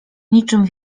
niczym